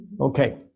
Okay